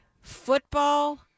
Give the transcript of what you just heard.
football